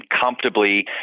comfortably